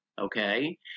okay